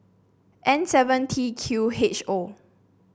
N seven T Q H O